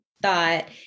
Thought